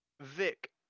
Vic